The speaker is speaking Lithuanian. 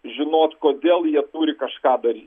žinot kodėl jie turi kažką dary